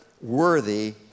worthy